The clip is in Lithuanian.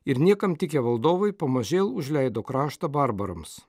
ir niekam tikę valdovai pamažėl užleido kraštą barbarams